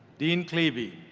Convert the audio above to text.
dean klebe,